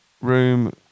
Room